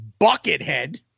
Buckethead